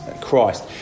Christ